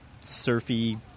surfy